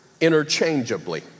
interchangeably